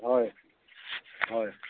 হয় হয়